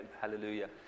Hallelujah